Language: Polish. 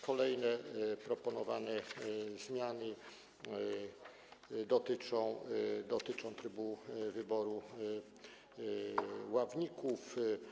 Kolejne proponowane zmiany dotyczą trybu wyboru ławników.